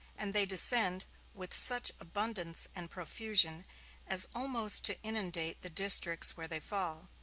and they descend with such abundance and profusion as almost to inundate the districts where they fall.